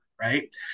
right